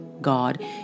God